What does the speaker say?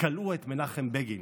כלאו את מנחם בגין